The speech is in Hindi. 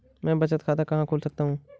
मैं बचत खाता कहाँ खोल सकता हूँ?